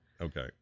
okay